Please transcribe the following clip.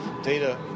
data